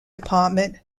department